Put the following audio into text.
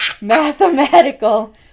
Mathematical